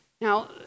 Now